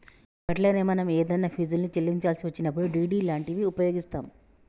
గట్లనే మనం ఏదన్నా ఫీజుల్ని చెల్లించాల్సి వచ్చినప్పుడు డి.డి లాంటివి ఉపయోగిస్తాం